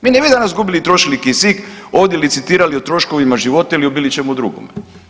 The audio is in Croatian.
Mi ne bi danas gubili i trošili kisik, ovdje licitirali o troškovima života ili o bilo čemu drugome.